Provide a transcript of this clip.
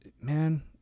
man